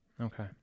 Okay